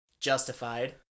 justified